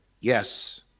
Yes